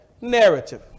narrative